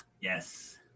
Yes